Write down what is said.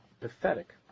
pathetic